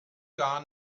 gar